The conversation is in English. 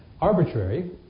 arbitrary